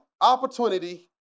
opportunity